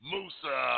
Musa